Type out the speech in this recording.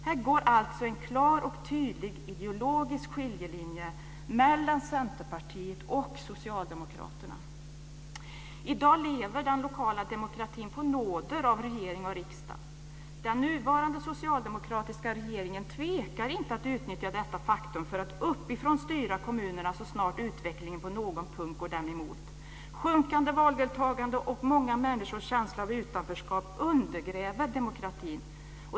Här går alltså en klar och tydlig ideologisk skiljelinje mellan I dag lever den lokala demokratin på nåder av regering och riksdag. Den nuvarande socialdemokratiska regeringen tvekar inte att utnyttja detta faktum för att uppifrån styra kommunerna så snart utvecklingen på någon punkt går den emot. Sjunkande valdeltagande och många människors känsla av utanförskap undergräver demokratin.